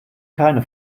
keine